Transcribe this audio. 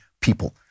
people